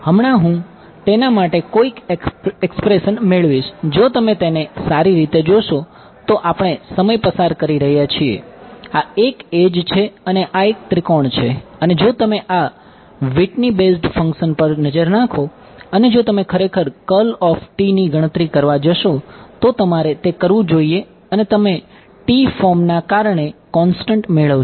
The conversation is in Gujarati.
હમણાં હું તેના માટે કોઈક એક્સપ્રેશન મેળવીશ જો તમે તેને સારી રીતે જોશો તો આપણે સમય પસાર કરી રહ્યા છીએ આ એક એડ્જ છે અને આ એક ત્રિકોણ છે અને જો તમે આ Whitney બેઝ્ડ ફંક્શન્સ પર નજર નાખો અને જો તમે ખરેખર ની ગણતરી કરવા જશો તો તમારે તે કરવું જોઈએ અને તમે ફોર્મના કારણે કોંસ્ટંટ મેળવશો